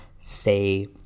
say